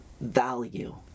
value